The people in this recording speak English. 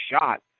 shot